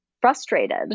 frustrated